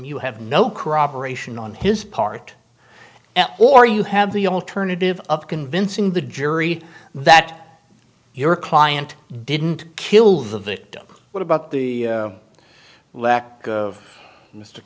you have no corroboration on his part or you have the alternative of convincing the jury that your client didn't kill the victim what about the lack of mr